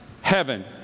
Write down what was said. heaven